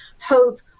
Hope